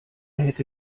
hätte